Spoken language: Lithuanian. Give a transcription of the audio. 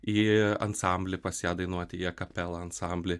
į ansamblį pas ją dainuoti į akapela ansamblį